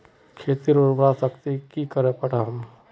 खेतीर उर्वरा शक्ति की करे बढ़ाम?